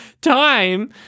time